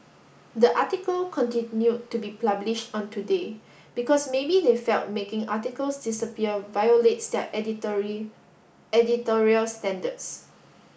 the article continued to be published on Today because maybe they felt making articles disappear violates their editorial standards